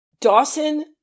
Dawson